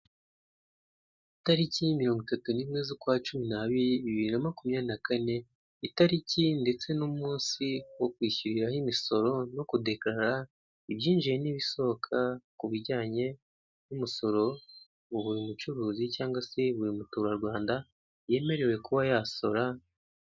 Itariki mirongo itatu nimwe za ukwa cumu na abiri, bibiri na makumyabiri na kane, itariki ndetse na umunsi wokwishyuriraho imusoro no kudekararaibyinjiye ibyinjiye na ibisohoka kubijyanye na umusoro buri mucuruzi cyangwa se buri mutura Rwanda yemerewe kuba yasora...